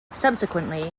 subsequently